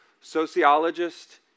sociologist